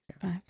Five